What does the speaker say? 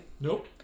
Nope